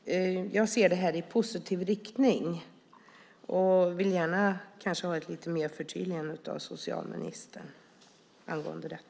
Jag ser positivt på detta och skulle gärna vilja ha ett förtydligande av socialministern angående detta.